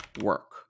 work